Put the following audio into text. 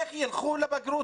איך הם ילכו לבגרות?